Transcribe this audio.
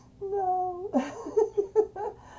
no